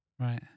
Right